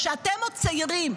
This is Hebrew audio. כשאתם עוד צעירים,